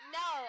no